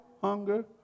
hunger